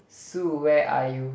Sue where are you